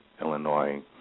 Illinois